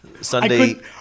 Sunday